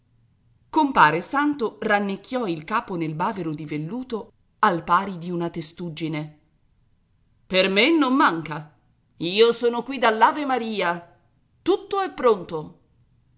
compare santo rannicchiò il capo nel bavero di velluto al pari di una testuggine per me non manca io son qui dall'avemaria tutto è pronto